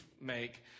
make